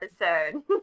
episode